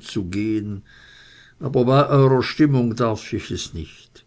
zu gehen aber die eurer stimmung darf ich es nicht